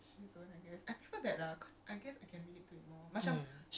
slice of life is one thing that I never really got into